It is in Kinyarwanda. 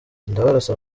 ndabarasa